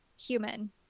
human